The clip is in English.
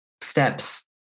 steps